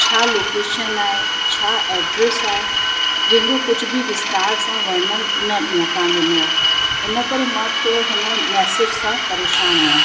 छा लोकेशन आहे छा एड्रेस आहे जंहिंजो कुझ बि विस्तार सां वर्णन न न तव्हां ॾिनो आहे इन करे मां थोरो हिन मैसेज सां परेशान आहियां